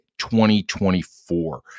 2024